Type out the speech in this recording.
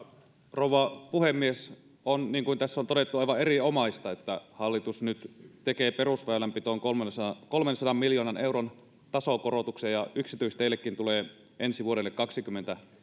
rouva puhemies niin kuin tässä on todettu on aivan erinomaista että hallitus nyt tekee perusväylänpitoon kolmensadan miljoonan euron tasokorotuksen ja yksityisteillekin tulee ensi vuodelle kaksikymmentä